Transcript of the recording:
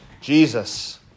Jesus